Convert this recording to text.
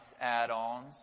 add-ons